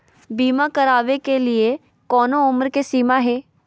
बीमा करावे के लिए कोनो उमर के सीमा है?